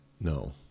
No